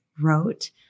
wrote